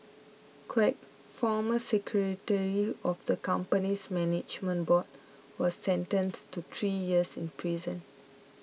Quek former secretary of the company's management board was sentenced to three years in prison